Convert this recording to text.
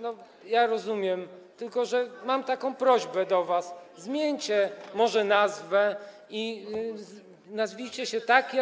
No, ja rozumiem, tylko że mam taką prośbę do was: zmieńcie może nazwę i nazwijcie się tak